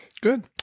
Good